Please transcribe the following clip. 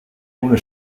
una